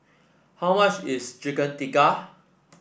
how much is Chicken Tikka